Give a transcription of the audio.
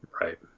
right